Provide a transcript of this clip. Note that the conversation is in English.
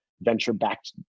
venture-backed